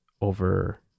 over